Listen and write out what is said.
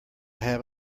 have